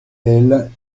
elles